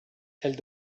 elle